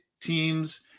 teams